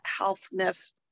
healthness